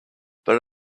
but